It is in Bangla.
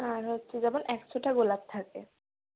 আর হচ্ছে যেমন একশোটা গোলাপ থাকে